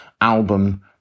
album